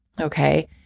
Okay